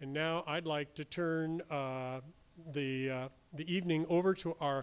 and now i'd like to turn the the evening over to our